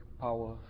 power